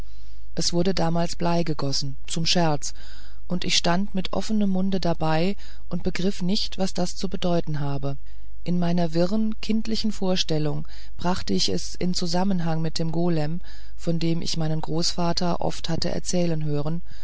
es wurde damals blei gegossen zum scherz und ich stand mit offenem munde dabei und begriff nicht was das zu bedeuten habe in meiner wirren kindlichen vorstellung brachte ich es in zusammenhang mit dem golem von dem ich meinen großvater oft hatte erzählen hören